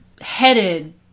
headed